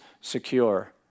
secure